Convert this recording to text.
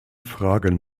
fragen